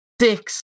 six